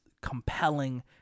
compelling